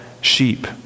sheep